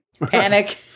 Panic